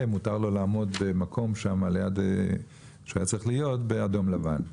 מותר לו לעמוד במקום שהיה צריך להיות באדום לבן.